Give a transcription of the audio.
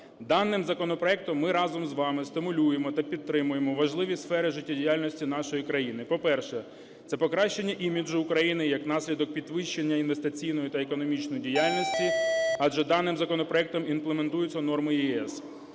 Даним законопроектом ми разом з вами стимулюємо та підтримуємо важливі сфери життєдіяльності нашої країни. По-перше, це покращення іміджу України і як наслідок підвищення інвестиційної та економічної діяльності. Адже даним законопроектом імплементуються норми ЄС.